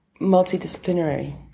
multidisciplinary